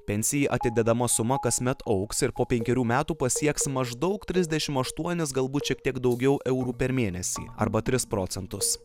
pensijai atidedama suma kasmet augs ir po penkerių metų pasieks maždaug trisdešim aštuonis galbūt šiek tiek daugiau eurų per mėnesį arba tris procentus